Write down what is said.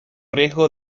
riesgo